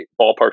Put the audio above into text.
ballpark